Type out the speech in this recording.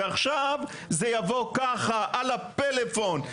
ועכשיו זה יבוא ככה על הפלאפון.